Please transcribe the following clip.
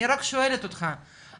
אני רק שואלת אותך,